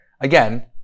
Again